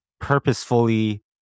purposefully